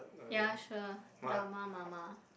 ya sure drama mama